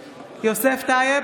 טייב,